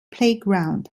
playground